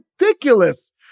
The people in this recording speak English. ridiculous